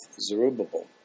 Zerubbabel